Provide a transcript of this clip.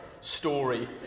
story